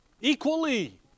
Equally